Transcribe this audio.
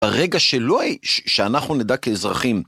הרגע שלא... שאנחנו נדע כאזרחים...